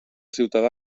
ciutadà